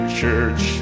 church